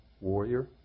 warrior